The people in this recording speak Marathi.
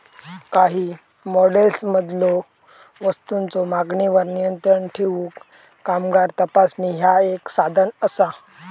काही मॉडेल्समधलो वस्तूंच्यो मागणीवर नियंत्रण ठेवूक कामगार तपासणी ह्या एक साधन असा